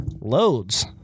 loads